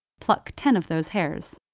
pluck ten of those hairs,